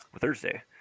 Thursday